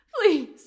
Please